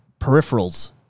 peripherals